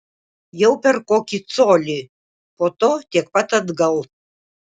jau per kokį colį po to tiek pat atgal